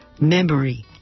Memory